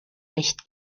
recht